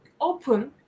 open